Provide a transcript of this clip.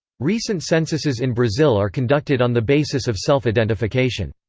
recent censuses in brazil are conducted on the basis of self-identification.